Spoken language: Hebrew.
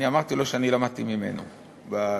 אני אמרתי לו שאני למדתי ממנו בזה.